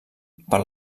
per